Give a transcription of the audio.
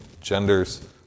genders